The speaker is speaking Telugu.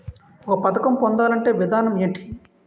ఒక పథకం పొందాలంటే విధానం ఏంటి?